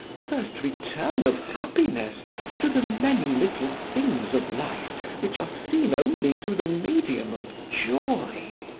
first return of happiness to the many little things of life which are seen only through the medium of joy,